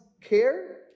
care